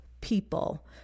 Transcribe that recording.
people